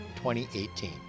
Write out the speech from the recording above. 2018